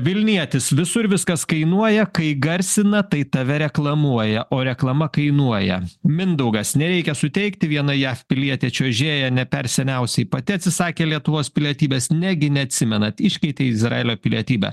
vilnietis visur viskas kainuoja kai garsina tai tave reklamuoja o reklama kainuoja mindaugas nereikia suteikti viena jav pilietė čiuožėja ne per seniausiai pati atsisakė lietuvos pilietybės negi neatsimenat iškeitė į izraelio pilietybę